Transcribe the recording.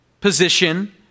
position